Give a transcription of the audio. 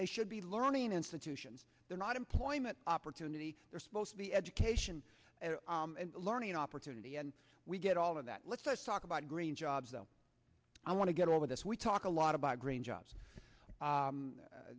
they should be learning institutions they're not employment opportunity they're supposed to be education and learning opportunity and we get all of that lets us talk about green jobs though i want to get all this we talk a lot about gr